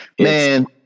man